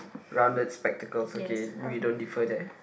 rounded spectacles okay we don't differ there